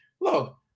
Look